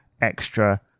extra